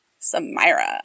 Samira